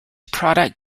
product